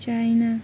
China